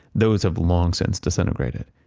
those have long since disintegrated.